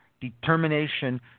determination